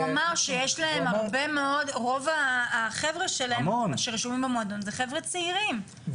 הוא אמר שרוב החבר'ה שלהם שרשומים במועדון זה חבר'ה צעירים,